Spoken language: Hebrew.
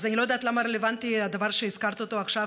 אז אני לא יודעת למה רלוונטי הדבר שהזכרת אותו עכשיו,